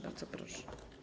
Bardzo proszę.